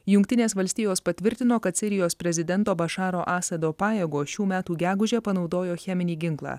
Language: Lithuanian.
jungtinės valstijos patvirtino kad sirijos prezidento bašaro asado pajėgos šių metų gegužę panaudojo cheminį ginklą